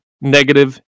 negative